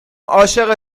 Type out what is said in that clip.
عاشق